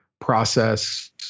Process